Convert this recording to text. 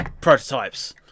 prototypes